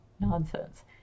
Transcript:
nonsense